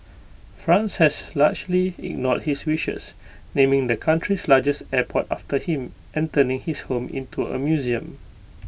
France has largely ignored his wishes naming the country's largest airport after him and turning his home into A museum